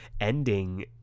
ending